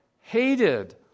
hated